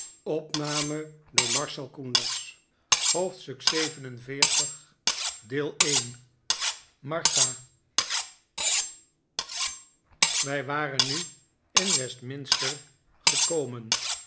hoofdstuk xl vii martha wij waren nu in westminster gekomen